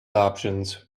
options